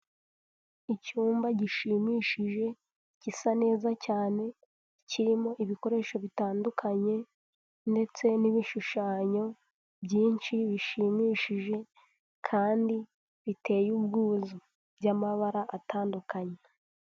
Icyumba gishimishije gisa neza cyane, kirimo ibikoresho bitandukanye ndetse n'ibishushanyo byinshi bishimishije kandi biteye ubwuzu by'amabara atandukanye.